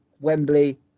Wembley